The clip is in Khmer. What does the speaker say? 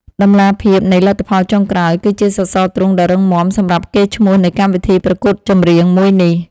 តម្លាភាពនៃលទ្ធផលចុងក្រោយគឺជាសរសរទ្រូងដ៏រឹងមាំសម្រាប់កេរ្តិ៍ឈ្មោះនៃកម្មវិធីប្រកួតចម្រៀងមួយនេះ។